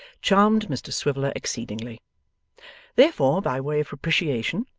charmed mr swiveller exceedingly therefore, by way of propitiation,